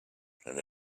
and